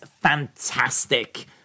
fantastic